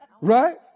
right